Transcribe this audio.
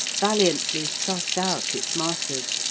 valiantly thrust out its masters,